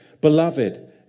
Beloved